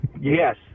Yes